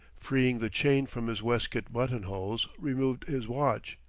freeing the chain from his waistcoat buttonholes, removed his watch.